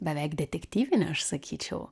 beveik detektyvinė aš sakyčiau